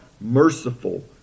merciful